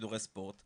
בשידורי ספורט,